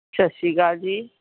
ਸਤਿ ਸ਼੍ਰੀ ਅਕਾਲ ਜੀ